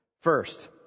First